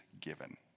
given